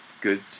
good